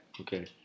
Okay